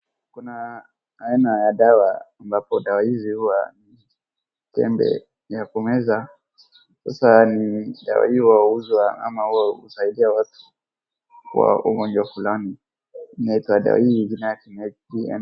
Kuna aina ya dawa ambapo dawa hizo huwa ni tembe ya kumeza. Sasa ni dawa hii huuzwa ama huwasaidia watu kwa ugonjwa fulani. Inaitwa dawa hii jina yake.